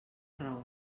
raó